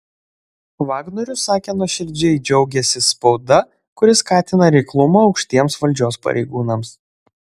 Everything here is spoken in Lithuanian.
vagnorius sakė nuoširdžiai džiaugiąsis spauda kuri skatina reiklumą aukštiems valdžios pareigūnams